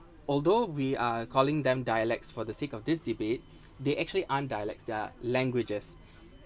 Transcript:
although we are calling them dialects for the sake of this debate they actually aren't dialects they are languages